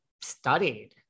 studied